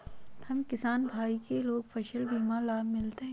हम किसान भाई लोग फसल बीमा के लाभ मिलतई?